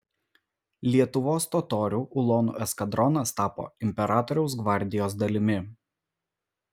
lietuvos totorių ulonų eskadronas tapo imperatoriaus gvardijos dalimi